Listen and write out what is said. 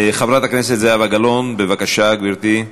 חברת הכנסת זהבה גלאון, בבקשה, גברתי.